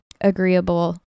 agreeable